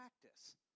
practice